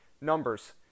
numbers